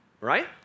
Right